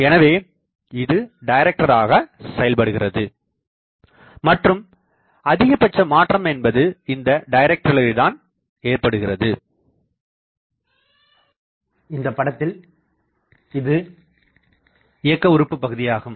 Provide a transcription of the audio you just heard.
எனவே இது டைரக்டராக செயல்படுகிறது மற்றும் அதிகபட்ச மாற்றம் என்பது இந்த டைரக்டரில் தான் ஏற்படுகிறது இந்தப்படத்தில் இது இயக்க உறுப்பு பகுதியாகும்